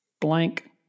blank